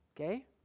Okay